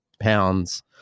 pounds